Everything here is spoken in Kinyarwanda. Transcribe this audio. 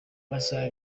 amasaha